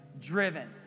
Driven